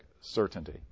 certainty